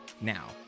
Now